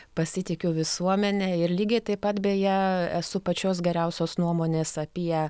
pasitikiu visuomene ir lygiai taip pat beje esu pačios geriausios nuomonės apie